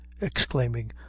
exclaiming